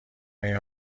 این